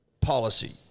policy